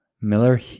miller